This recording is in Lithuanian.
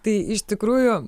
tai iš tikrųjų